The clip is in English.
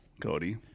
Cody